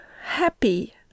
happy